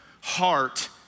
heart